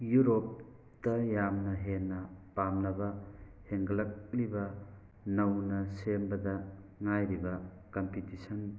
ꯌꯨꯔꯣꯞ ꯇ ꯌꯥꯝꯅ ꯍꯦꯟꯅ ꯄꯥꯝꯅꯕ ꯍꯦꯟꯒꯠꯂꯛꯂꯤꯕ ꯅꯧꯅ ꯁꯦꯝꯕꯗ ꯉꯥꯏꯔꯤꯕ ꯀꯝꯄꯤꯇꯤꯁꯟ